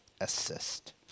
assist